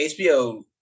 HBO